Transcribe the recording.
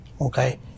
okay